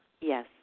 Yes